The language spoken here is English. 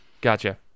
gotcha